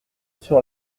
sur